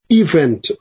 event